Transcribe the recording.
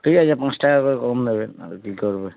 ঠিক আছে পাঁচ টাকা করে কম দেবেন আর কি করবে